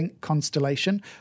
constellation